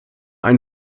ein